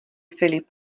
filip